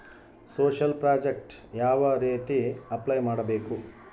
Social project ಯಾವ ರೇತಿ apply ಮಾಡಬೇಕು?